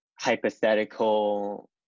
hypothetical